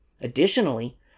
Additionally